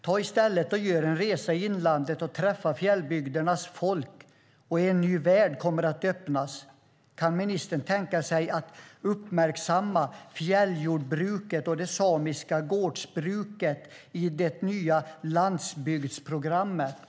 Ta i stället och gör en resa i inlandet och träffa fjällbygdernas folk, och en ny värld kommer att öppnas! Kan ministern tänka sig att uppmärksamma fjälljordbruket och det samiska gårdsbruket i det nya landsbygdsprogrammet?